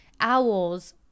owls